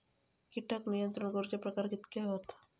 कीटक नियंत्रण करूचे प्रकार कितके हत?